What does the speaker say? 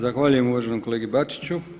Zahvaljujem uvaženom kolegi Bačiću.